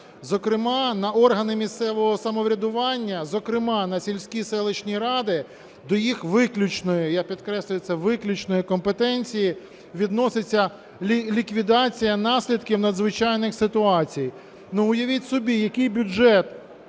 Зокрема, на органи місцевого самоврядування, зокрема, на сільські, селищні ради, до їх виключної, я підкреслюю це, виключної компетенції, відноситься ліквідація наслідків надзвичайних ситуацій. Ну, уявіть собі, який бюджет